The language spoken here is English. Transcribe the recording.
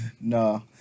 No